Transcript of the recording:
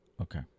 Okay